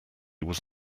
was